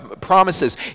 promises